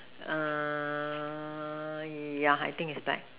uh yeah I think is black